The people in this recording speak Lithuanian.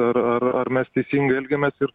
ar ar ar mes teisingai elgiamės ir